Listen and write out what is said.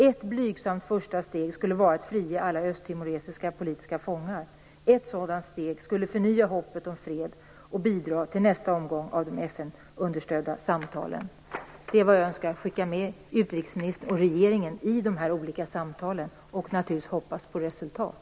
Ett blygsamt första steg skulle vara att frige alla östtimoresiska politiska fångar. Ett sådant steg skulle förnya hoppet om fred och bidra till nästa omgång av de FN-understödda samtalen." Det är vad jag önskar skicka med utrikesministern och regeringen i dessa olika samtal. Jag hoppas naturligtvis på resultat.